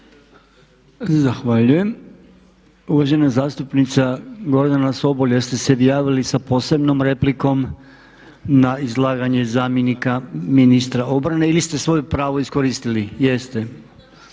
Zahvaljujem. Uvažena zastupnica Gordana Sobol, jeste se javili sa posebnom replikom na izlaganje ministra obrane ili ste svoje pravo iskoristili? Jeste,